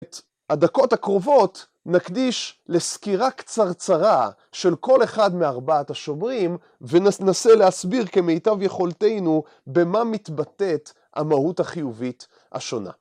את הדקות הקרובות נקדיש לסקירה קצרצרה של כל אחד מארבעת השומרים, וננסה להסביר, כמיטב יכולתנו, במה מתבטאת המהות החיובית השונה.